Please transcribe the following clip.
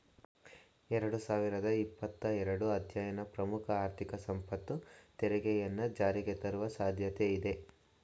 ಎರಡು ಸಾವಿರದ ಇಪ್ಪತ್ತ ಎರಡು ಅಧ್ಯಯನ ಪ್ರಮುಖ ಆರ್ಥಿಕ ಸಂಪತ್ತು ತೆರಿಗೆಯನ್ನ ಜಾರಿಗೆತರುವ ಸಾಧ್ಯತೆ ಇದೆ